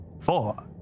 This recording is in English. Four